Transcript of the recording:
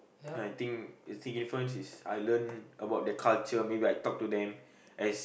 I think the difference is I learn about the culture maybe I talk to them as